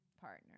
partner